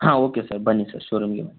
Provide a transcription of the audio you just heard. ಹಾಂ okay sir ಬನ್ನಿ sir ಶೋರೂಮ್ಗೇ